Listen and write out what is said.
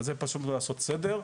אז זה פשוט בשביל לעשות סדר.